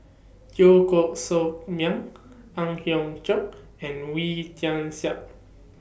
Teo Koh Sock Miang Ang Hiong Chiok and Wee Tian Siak